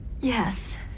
Yes